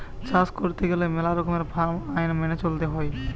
চাষ কইরতে গেলে মেলা রকমের ফার্ম আইন মেনে চলতে হৈ